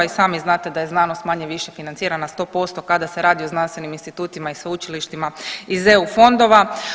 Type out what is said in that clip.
I sami znate da je znanost manje-više financirana 100% kada se radi o znanstvenim institutima i sveučilištima iz eu fondova.